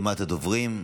לרשימת הדוברים.